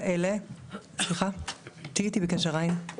(דוד בן גוריון, ישראל והתפוצה, 1957).]